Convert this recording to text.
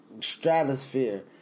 stratosphere